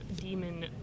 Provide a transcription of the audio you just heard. demon